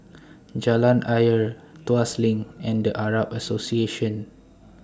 Jalan Ayer Tuas LINK and The Arab Association